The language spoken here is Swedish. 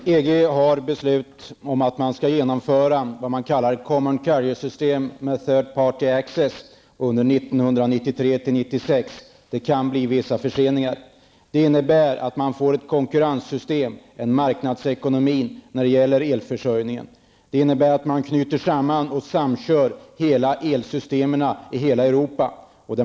Herr talman! EG har beslutat att man skall genomföra vad man kallar ett common carrier system with third party access under 1993--1996. Det kan bli vissa förseningar. Det innebär att man får ett konkurrenssystem, en marknadsekonomi, när det gäller elförsörjningen. Det innebär att man knyter samman och samkör elsystemen i hela Europa.